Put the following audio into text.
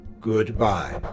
Goodbye